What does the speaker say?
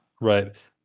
Right